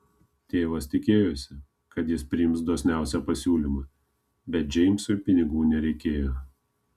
tėvas tikėjosi kad jis priims dosniausią pasiūlymą bet džeimsui pinigų nereikėjo